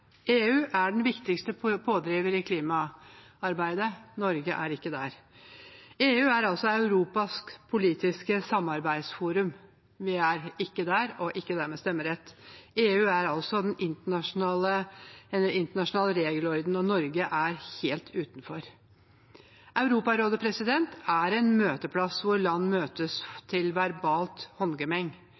EU er den viktigste pådriveren i klimaarbeidet. Norge er ikke der. EU er Europas politiske samarbeidsforum. Vi er ikke der og har dermed ikke stemmerett. EU er en internasjonal regelorden, og Norge er helt utenfor. Europarådet er en møteplass hvor land møtes til verbalt håndgemeng.